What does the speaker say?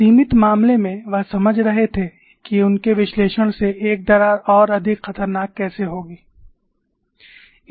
सीमित मामले में वह समझ रहे थे कि उनके विश्लेषण से एक दरार और अधिक खतरनाक कैसे होगी